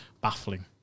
baffling